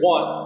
One